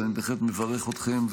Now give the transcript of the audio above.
אז אני בהחלט מברך אתכם,